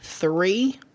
three